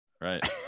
right